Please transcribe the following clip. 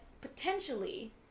potentially